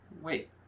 Wait